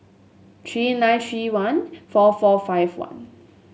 three nine three one four four five one